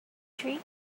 tree